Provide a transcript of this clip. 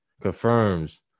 confirms